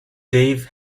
dave